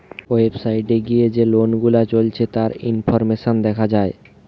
website এ গিয়ে যে লোন গুলা চলছে তার ইনফরমেশন দেখা যায়